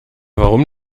warum